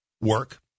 work